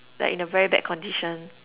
like in a very bad condition